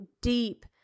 deep